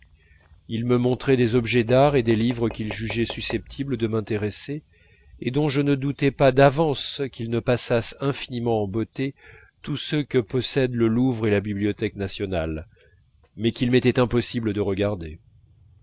il me montrait des objets d'art et des livres qu'il jugeait susceptibles de m'intéresser et dont je ne doutais pas d'avance qu'ils ne passassent infiniment en beauté tous ceux que possèdent le louvre et la bibliothèque nationale mais qu'il m'était impossible de regarder